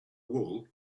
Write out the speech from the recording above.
wool